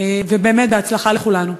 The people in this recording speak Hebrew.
ובאמת בהצלחה לכולנו.